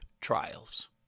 trials